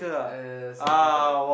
yeah yeah yeah soccer card